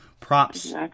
props